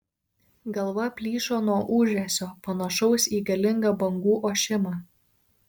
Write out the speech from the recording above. galva plyšo nuo ūžesio panašaus į galingą bangų ošimą